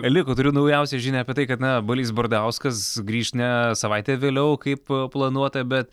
liko turiu naujausią žinią apie tai kad na balys bardauskas grįš ne savaitę vėliau kaip planuota bet